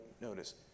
notice